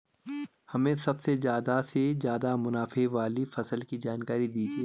हमें सबसे ज़्यादा से ज़्यादा मुनाफे वाली फसल की जानकारी दीजिए